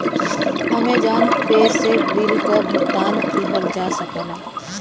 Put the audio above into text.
Amazon pay से bill क भुगतान किहल जा सकला